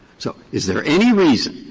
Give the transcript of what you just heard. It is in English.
so is there any reason